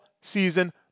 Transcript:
season